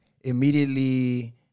immediately